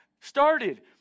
started